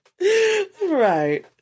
Right